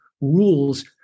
rules